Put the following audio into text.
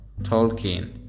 Tolkien